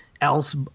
else